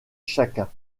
chacun